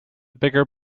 bigger